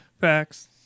Facts